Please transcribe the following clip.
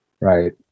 Right